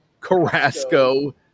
Carrasco